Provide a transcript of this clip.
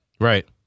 Right